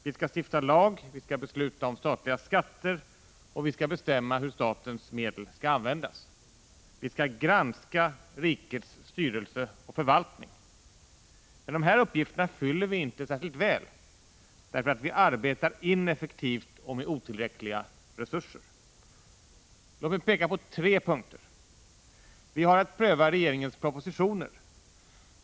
Vi skall stifta lagar, vi skall besluta om statliga skatter, och vi skall bestämma hur statens medel skall användas. Vi skall granska rikets styrelse och förvaltning. Men dessa uppgifter fyller vi inte särskilt väl eftersom vi arbetar ineffektivt och med otillräckliga resurser. Låt mig peka på tre punkter. För det första: Vi har att pröva regeringens propositioner.